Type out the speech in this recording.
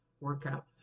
workout